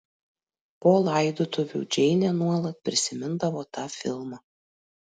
po laidotuvių džeinė nuolat prisimindavo tą filmą